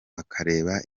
bakareba